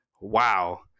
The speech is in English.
wow